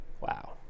wow